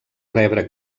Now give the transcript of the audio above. rebre